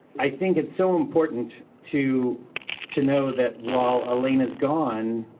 i think so important to to know that while alaina is gone,